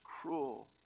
cruel